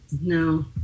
No